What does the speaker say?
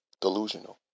delusional